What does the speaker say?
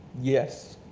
yes,